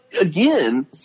again